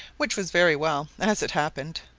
which was very well, as it happened.